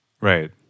Right